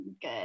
good